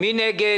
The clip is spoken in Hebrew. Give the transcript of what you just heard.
מי נגד?